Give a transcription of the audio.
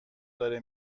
داره